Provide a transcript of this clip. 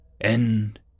End